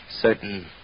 certain